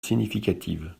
significative